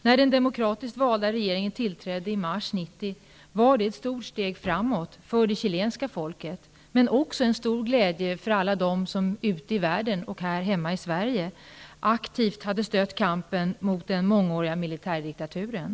När den demokratiskt valda regeringen tillträdde i mars 1990 var det ett stort steg framåt för det chilenska folket, men också också en stor glädje för alla dem som ute i världen och här hemma i Sverige aktivt hade stött kampen mot den mångåriga militärdiktaturen.